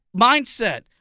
mindset